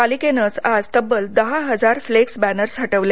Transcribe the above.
पालिकेनंच आज तब्बल दहा हजार फ्लेक्स बॅनर्स हटवले